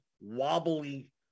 wobbly